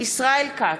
ישראל כץ,